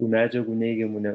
tų medžiagų neigiamų ne